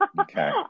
Okay